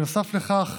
נוסף על כך,